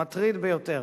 מטריד ביותר.